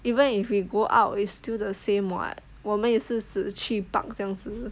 even if we go out it's still the same [what] 我们也是只去 park 这样子